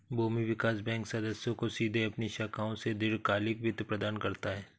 भूमि विकास बैंक सदस्यों को सीधे अपनी शाखाओं से दीर्घकालिक वित्त प्रदान करता है